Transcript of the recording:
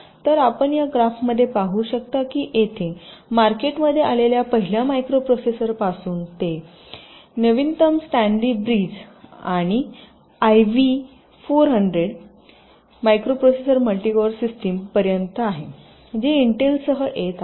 तर आपण या ग्राफमध्ये पाहू शकता की येथे मार्केटमध्ये आलेल्या पहिल्या मायक्रोप्रोसेसरपासून ते नवीनतम सॅंडी ब्रिज आणि आयव्ही 400 संदर्भ मायक्रोप्रोसेसर मल्टी कोर सिस्टम पर्यंत आहे जे इंटेल सह येत आहे